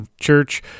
church